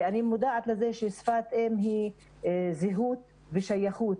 אני מודעת לזה ששפת אם היא זהות ושייכות,